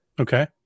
Okay